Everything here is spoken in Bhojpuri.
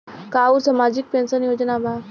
का उ सामाजिक पेंशन योजना बा?